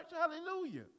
Hallelujah